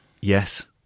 yes